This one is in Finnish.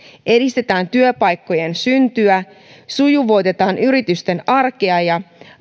edistetään työpaikkojen syntyä sujuvoitetaan yritysten arkea ja